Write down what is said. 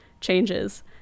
changes